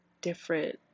different